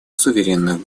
суверенных